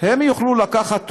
יוכלו לקחת תרומות.